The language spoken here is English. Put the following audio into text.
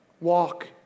walk